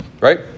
Right